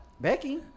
Becky